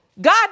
God